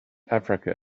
africa